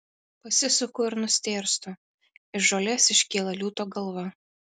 pasisuku ir nustėrstu iš žolės iškyla liūto galva